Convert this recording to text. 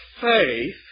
faith